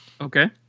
Okay